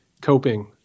coping